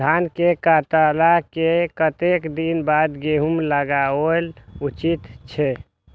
धान के काटला के कतेक दिन बाद गैहूं लागाओल उचित छे?